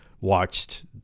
watched